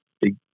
big